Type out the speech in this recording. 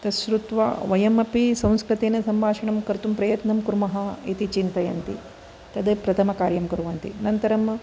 तच्छ्रुत्वा वयमपि संस्कृतेन सम्भाषणं कर्तुं प्रयत्नं कुर्मः इति चिन्तयन्ति तद् प्रथमकार्यं कुर्वन्ति अनन्तरं